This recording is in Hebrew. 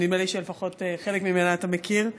ונדמה לי שלפחות חלק ממנה אתה מכיר,